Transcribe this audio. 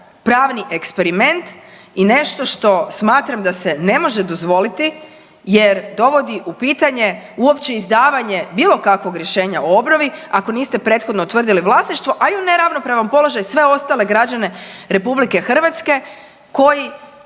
pravni eksperiment i nešto što smatram da se ne može dozvoliti jer dovodi u pitanje uopće izdavanje bilo kakvog rješenja o obnovi, ako niste prethodno utvrdili vlasništvo, a i u neravnopravnom položaju sve ostale građane RH koji